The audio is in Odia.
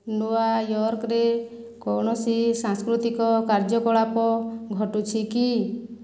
ନିୟୁୟର୍କରେ କୌଣସି ସାଂସ୍କୃତିକ କାର୍ଯ୍ୟକଳାପ ଘଟୁଛି କି